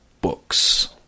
books